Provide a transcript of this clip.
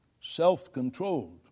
self-controlled